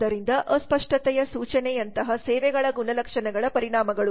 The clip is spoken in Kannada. ಆದ್ದರಿಂದ ಅಸ್ಪಷ್ಟತೆಯ ಸೂಚನೆಯಂತಹ ಸೇವೆಗಳ ಗುಣಲಕ್ಷಣಗಳ ಪರಿಣಾಮಗಳು